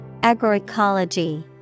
Agroecology